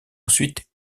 ensuite